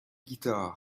guitar